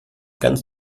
ganz